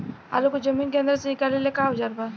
आलू को जमीन के अंदर से निकाले के का औजार बा?